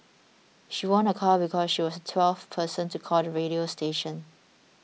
she won a car because she was the twelfth person to call the radio station